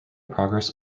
progress